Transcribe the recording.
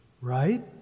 right